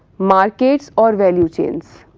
markets or value chains.